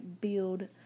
build